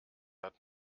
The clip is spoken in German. hat